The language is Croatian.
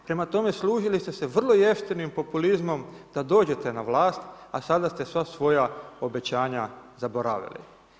Prema tome, služili ste se vrlo jeftinim populizmom da dođete na vlast a sada ste sva svoja obećanja zaboravili.